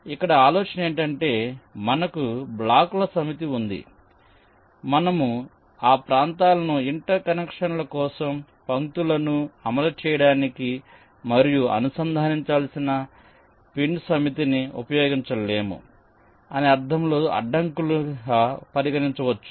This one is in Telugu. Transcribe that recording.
ఇక్కడ ఆలోచన ఏమిటంటే మనకు బ్లాకుల సమితి ఉంది ఇది మనము ఆ ప్రాంతాలను ఇంటర్ కనెక్షన్ల కోసం పంక్తులను అమలు చేయడానికి మరియు అనుసంధానించాల్సిన పిన్స్ సమితిని ఉపయోగించలేము అనే అర్థంలో అడ్డంకులుగా పరిగణించవచ్చు